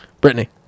Brittany